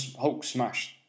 Hulk-smashed